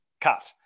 cut